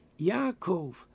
Yaakov